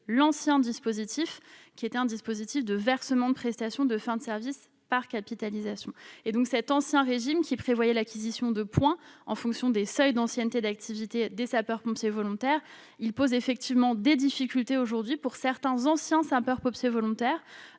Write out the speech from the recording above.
l'ancien dispositif, qui était un régime de versement de prestations de fin de service par capitalisation. Cet ancien régime, qui prévoyait l'acquisition de points en fonction de seuils d'ancienneté d'activité des sapeurs-pompiers volontaires, pose aujourd'hui des difficultés à certains anciens sapeurs-pompiers volontaires,